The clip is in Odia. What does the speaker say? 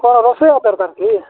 କ'ଣ ରୋଷେଇଆ ଦରକାର କି